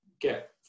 get